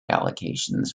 allocations